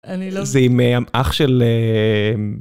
אני לא... זה עם אח של...